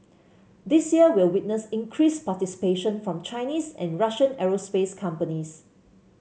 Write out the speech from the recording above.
this year will witness increased participation from Chinese and Russian aerospace companies